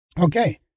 Okay